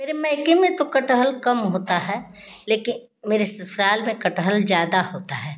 मेरे मायके में तो कटहल कम होता है लेकिन मेरे ससुराल में कटहल ज़्यादा होता है